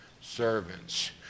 servants